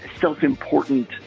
self-important